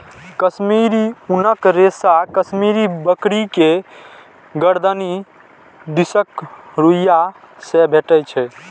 कश्मीरी ऊनक रेशा कश्मीरी बकरी के गरदनि दिसक रुइयां से भेटै छै